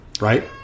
right